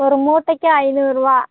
ஒரு மூட்டைக்கி ஐநூறுரூவா